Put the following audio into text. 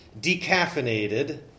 decaffeinated